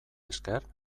esker